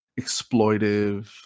exploitive